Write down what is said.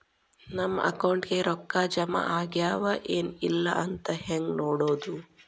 ನಮ್ಮ ಅಕೌಂಟಿಗೆ ರೊಕ್ಕ ಜಮಾ ಆಗ್ಯಾವ ಏನ್ ಇಲ್ಲ ಅಂತ ಹೆಂಗ್ ನೋಡೋದು?